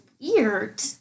weird